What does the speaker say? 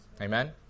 Amen